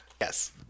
Yes